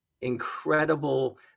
incredible